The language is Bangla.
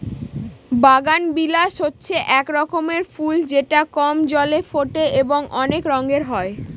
বাগানবিলাস হচ্ছে এক রকমের ফুল যেটা কম জলে ফোটে এবং অনেক রঙের হয়